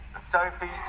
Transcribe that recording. Sophie